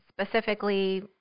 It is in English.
specifically